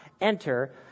enter